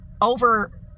over